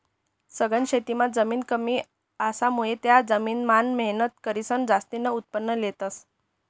सघन शेतीमां जमीन कमी असामुये त्या जमीन मान मेहनत करीसन जास्तीन उत्पन्न लेतस